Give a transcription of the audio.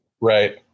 Right